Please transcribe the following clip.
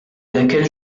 laquelle